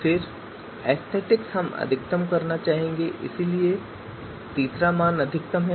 फिर एस्थेटिक हम अधिकतम करना चाहेंगे इसलिए तीसरा मान अधिकतम है